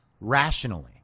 rationally